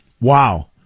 Wow